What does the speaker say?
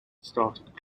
started